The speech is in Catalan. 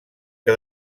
que